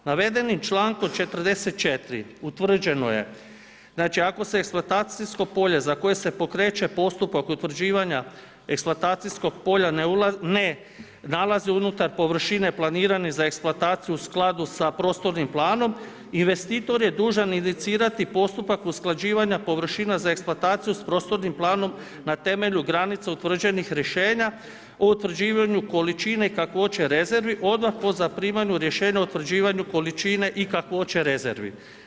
Navedenim člankom 44. utvrđeno znači, ako se eksploatacijsko polje za koje se pokreće postupak utvrđivanja eksploatacijskog polja ne nalazi unutar površine planirane za eksploataciju u skladu sa prostornim planom, investitor je dužan inicirati postupak usklađivanja površina za eksploataciju s prostornim planom na temelju granica utvrđenih rješenja o utvrđivanju, količine, kakvoće rezervi odmah po zaprimanju rješenja o utvrđivanju količine i kakvoće rezervi.